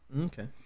Okay